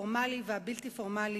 הפורמלי והבלתי-פורמלי,